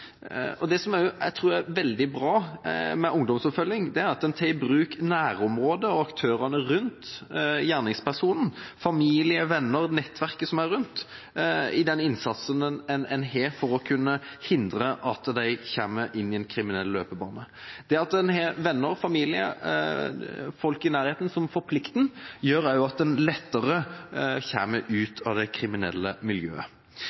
disse debattene. Det som jeg tror er veldig bra med ungdomsoppfølging, er at en tar i bruk nærområdet og aktørene rundt gjerningspersonene – familie, venner og nettverket som er rundt – i innsatsen for å hindre at de kommer inn i en kriminell løpebane. Det at en har venner, familie og folk i nærheten som forplikter en, gjør at en også lettere kommer ut av det kriminelle miljøet.